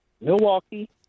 Milwaukee